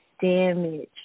damaged